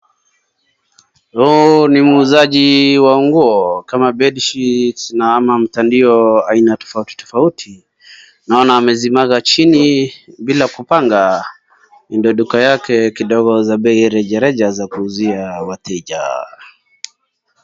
Huu ni muuzaji wa nguo kama bed sheet ama mtandio aina tofautitofauti. Naona amezimwaga chini bila kupanga. Hii ndio duka yake kidogo za bei rejareja za kuuzia wateja.